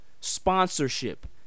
sponsorship